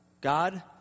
god